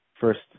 first